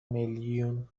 میلیون